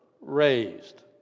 raised